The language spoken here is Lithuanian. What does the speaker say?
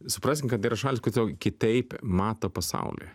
supraskim kad tai yra šalys kur tiesiog kitaip mato pasaulį